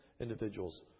individuals